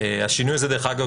השינוי הזה דרך אגב,